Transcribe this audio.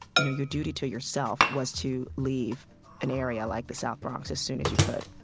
you know you duty to yourself was to leave an area like the south bronx as soon as you could